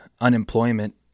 unemployment